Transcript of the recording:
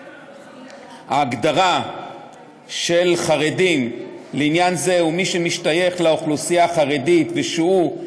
וההגדרה של חרדים לעניין זה היא: מי שמשתייך לאוכלוסייה החרדית ושהוא,